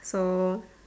so